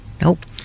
Nope